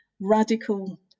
radical